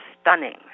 stunning